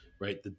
right